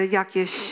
jakieś